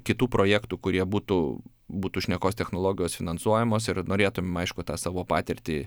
kitų projektų kurie būtų būtų šnekos technologijos finansuojamos ir norėtum aišku tą savo patirtį